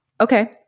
okay